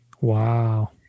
Wow